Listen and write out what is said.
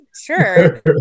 sure